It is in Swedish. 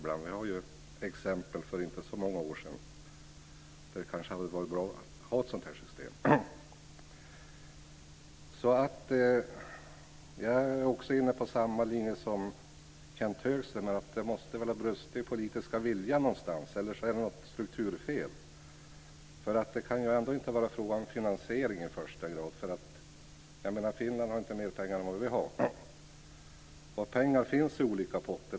Det finns ju exempel för inte så många år sedan då det kanske hade varit bra att ha ett sådant här system. Jag är inne på samma linje som Kenth Högström, att den politiska viljan måste ha brustit någonstans, eller så är det något strukturfel. Det kan ju inte vara fråga om finansiering i första hand. Finland har ju inte mer pengar än vad vi har. Pengar finns i olika potter.